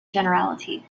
generality